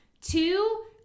two